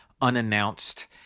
unannounced